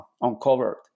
uncovered